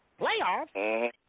Playoffs